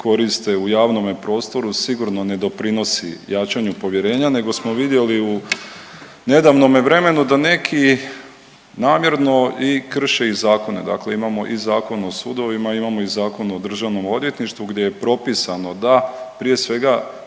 u javnome prostoru sigurno ne doprinosi jačanju povjerenja nego smo vidjeli u nedavnome vremenu da neki namjerno i krše i zakone, dakle imamo i Zakon o sudovima, imamo i Zakon o državnom odvjetništvu gdje je propisano da prije svega